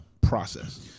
process